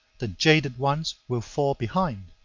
the jaded ones will fall behind,